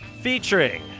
Featuring